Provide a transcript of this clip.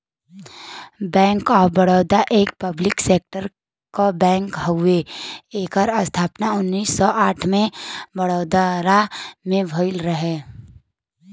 bank of Baroda एक public sector क bank हउवे एकर स्थापना उन्नीस सौ आठ में बड़ोदरा में भयल रहल